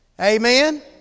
Amen